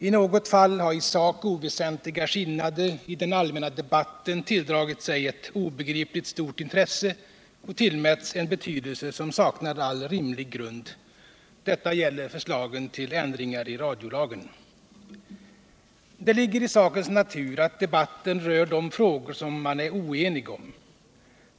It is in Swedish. I något fall har i sak oväsentliga skillnader i den allmänna debatten tilldragit sig ett obegripligt stort intresse och tillmätts en stor betydelse som saknar all rimlig grund. Detta gäller förslagen till ändringar i radiolagen. Det ligger i sakens natur att debatten rör de frågor som man är oenig om.